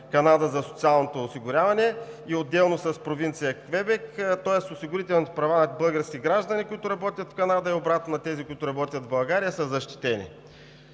Канада за социалното осигуряване и отделно с провинция Квебек, тоест осигурителните права на българските граждани, които работят в Канада, и обратно – на тези, които работят в България, са защитени.